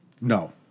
No